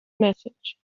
message